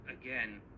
again